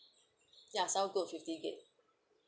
ya sounds good fifty gig